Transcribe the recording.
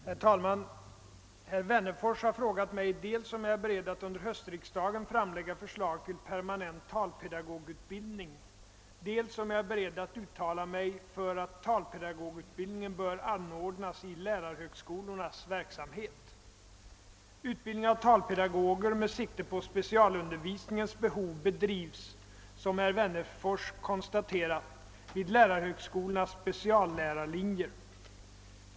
Herr talman! Herr Wennerfors har frågat mig dels om jag är beredd att under höstriksdagen framlägga förslag till permanent talpedagogutbildning, dels om jag är beredd att uttala mig för att talpedagogutbildningen bör anordnas i lärarhögskolornas verksamhet. Utbildning av talpedagoger med sikte på specialundervisningens behov bedrivs, som herr Wennerfors konstaterat, vid lärarhögskolornas speciallärarlinjer.